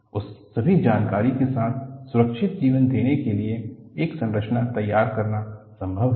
उस सभी जानकारी के साथ सुरक्षित जीवन देने के लिए एक संरचना तैयार करना संभव है